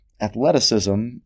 Athleticism